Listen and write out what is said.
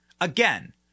again